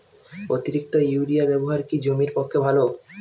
অতিরিক্ত ইউরিয়া ব্যবহার কি জমির পক্ষে ভালো?